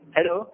Hello